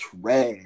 trash